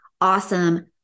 awesome